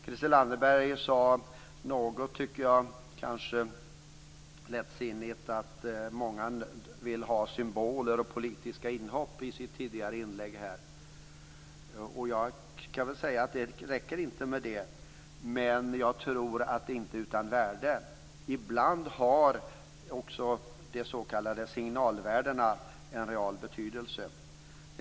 Christel Anderberg sade i sitt tidigare inlägg kanske något lättsinnigt att många vill ha symboler och politiska inhopp. Det räcker inte med det, men det är nog inte utan värde. Ibland har de s.k. signalvärdena en real betydelse.